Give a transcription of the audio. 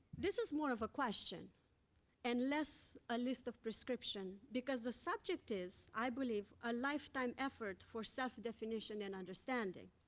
this is more of a question and less a list of prescription, because the subject is i believe a lifetime effort for self-definition and understanding.